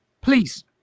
Please